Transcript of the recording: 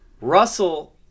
Russell